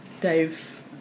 dave